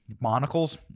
monocles